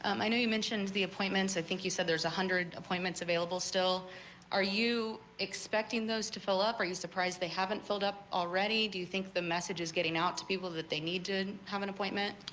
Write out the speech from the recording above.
um my name mentions the appointments i think you said there's a one hundred appointments available still are you expecting those to fill up are you surprised they haven't filled up already do you think the message is getting out to people that they need to have an appointment.